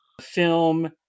film